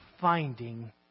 finding